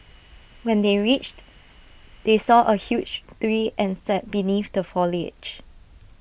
when they reached they saw A huge tree and sat beneath the foliage